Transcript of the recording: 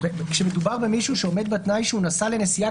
כשמדובר במישהו שעומד בתנאי שהוא נסע לנסיעה